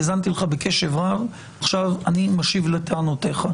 האזנתי לך בקשב רב, עכשיו אני משיב לטענותיך.